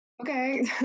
Okay